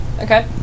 Okay